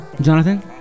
Jonathan